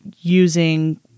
using